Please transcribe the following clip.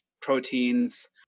proteins